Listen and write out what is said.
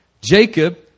Jacob